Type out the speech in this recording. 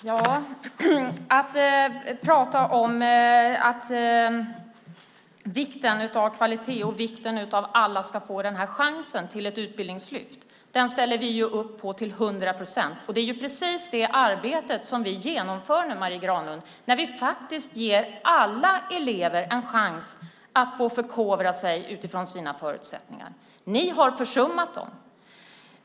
Herr talman! När det gäller vikten av kvalitet och att alla ska få chansen till ett utbildningslyft ställer vi upp på det till hundra procent. Det är precis det arbetet vi nu genomför, Marie Granlund, när vi ger alla elever en chans att kunna förkovra sig utifrån sina förutsättningar. Ni har försummat dem.